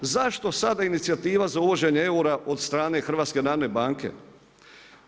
Zašto sada inicijativa za uvođenje eura od strane HNB-a?